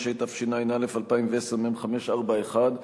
25), התשע"א 2010, מ/541,